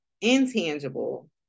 intangible